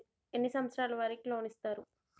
ఎన్ని సంవత్సరాల వారికి లోన్ ఇస్తరు?